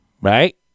right